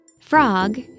Frog